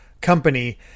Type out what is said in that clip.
company